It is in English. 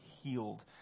healed